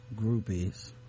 groupies